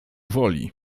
woli